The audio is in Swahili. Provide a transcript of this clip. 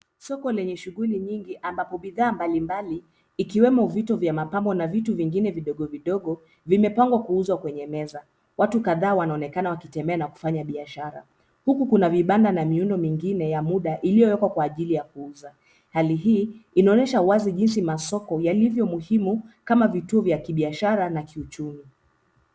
Soko lenye shughuli nyingi ambapo bidhaa mbalimbali ikiwemo vitu vya mapambo na vitu vingine vidogo vidogo, vimepangwa kuuzwa kwenye meza. Watu kadhaa wanaonekana wakitembea na kufanya biashara. Huku kuna vibanda na miundo mingine ya muda iliyowekwa kwa ajii ya kuuza. Hali hii inaonyesha wazi jinsi masoko yalivyo muhimu kama vituo vya kibiashara na kiuchumi.